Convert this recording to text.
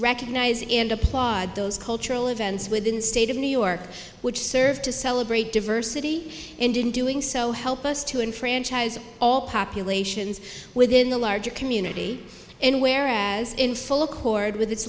recognize and applaud those cultural events within state of new york which serve to celebrate diversity and in doing so help us to enfranchise all populations within the larger community and where as in full accord with its